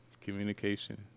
Communication